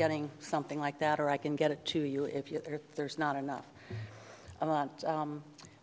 getting something like that or i can get it to you if you are there is not enough